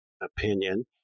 opinion